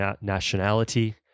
nationality